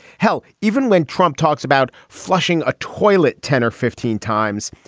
hell, even when trump talks about flushing a toilet ten or fifteen times.